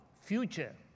future